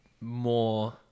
more